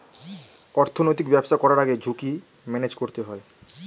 অর্থনৈতিক ব্যবসা করার আগে ঝুঁকি ম্যানেজ করতে হয়